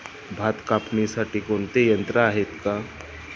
भात कापणीसाठी कोणते यंत्र आहेत का?